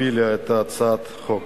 הפילה את הצעת החוק.